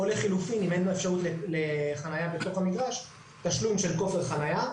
או לחילופין אם אין לו אפשרות לחניה בתוך המגרש תשלום של כופר חניה,